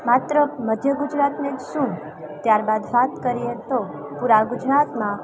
માત્ર મધ્ય ગુજરાતને જ શું ત્યારબાદ વાત કરીએ તો પૂરા ગુજરાતમાં